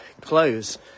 clothes